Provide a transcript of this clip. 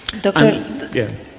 Doctor